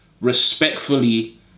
respectfully